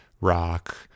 rock